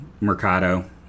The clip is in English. Mercado